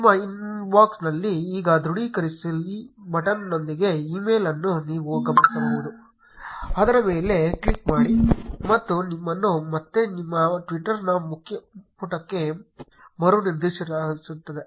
ನಿಮ್ಮ ಇನ್ಬಾಕ್ಸ್ನಲ್ಲಿ ಈಗ ದೃಢೀಕರಿಸಿ ಬಟನ್ನೊಂದಿಗೆ ಇಮೇಲ್ ಅನ್ನು ನೀವು ಗಮನಿಸಬಹುದು ಅದರ ಮೇಲೆ ಕ್ಲಿಕ್ ಮಾಡಿ ಮತ್ತು ನಿಮ್ಮನ್ನು ಮತ್ತೆ ನಿಮ್ಮ ಟ್ವಿಟರ್ನ ಮುಖಪುಟಕ್ಕೆ ಮರುನಿರ್ದೇಶಿಸಲಾಗುತ್ತದೆ